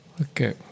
Okay